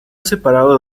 separado